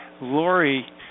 Lori